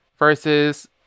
Versus